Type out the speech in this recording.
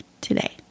today